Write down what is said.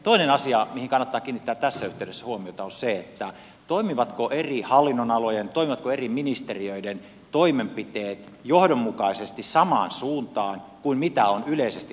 toinen asia mihin kannattaa kiinnittää tässä yhteydessä huomiota on se toimivatko eri hallinnonalojen toimivatko eri ministeriöiden toimenpiteet johdonmukaisesti samaan suuntaan kuin mitkä ovat yleisesti asetetut tavoitteet